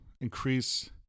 increase